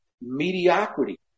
mediocrity